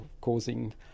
causing